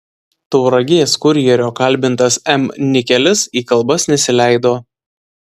tauragės kurjerio kalbintas m nikelis į kalbas nesileido